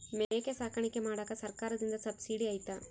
ಮೇಕೆ ಸಾಕಾಣಿಕೆ ಮಾಡಾಕ ಸರ್ಕಾರದಿಂದ ಸಬ್ಸಿಡಿ ಐತಾ?